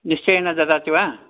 निश्चयेन ददाति वा